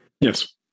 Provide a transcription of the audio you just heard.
Yes